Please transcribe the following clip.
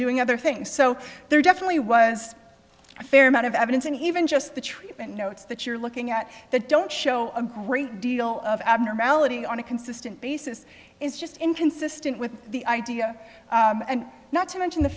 doing other things so there definitely was a fair amount of evidence and even just the treatment notes that you're looking at that don't show a great deal of abnormality on a consistent basis is just inconsistent with the idea and not to mention the